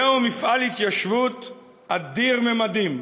זהו מפעל התיישבות אדיר ממדים,